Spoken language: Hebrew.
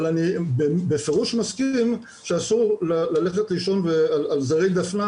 אבל אני בפירוש מסכים שאסור ללכת לישון על זרי דפנה